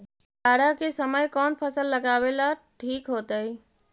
जाड़ा के समय कौन फसल लगावेला ठिक होतइ?